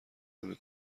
نمی